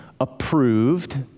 approved